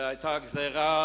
והיתה גזירה